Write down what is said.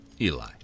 Eli